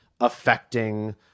affecting